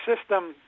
system